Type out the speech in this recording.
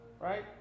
right